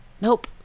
nope